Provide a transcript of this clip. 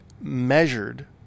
measured